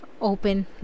open